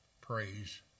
praise